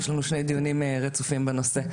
יש לנו שני דיונים רצופים בנושא.